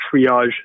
triage